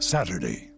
Saturday